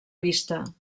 vista